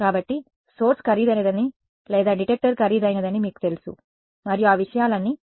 కాబట్టి సోర్స్ ఖరీదైనదని లేదా డిటెక్టర్ ఖరీదైనదని మీకు తెలుసు మరియు ఆ విషయాలన్నీ